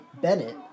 Bennett